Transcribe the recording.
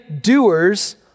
doers